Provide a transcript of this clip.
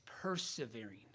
persevering